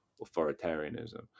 authoritarianism